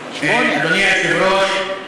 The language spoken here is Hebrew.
היושב-ראש,